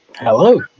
Hello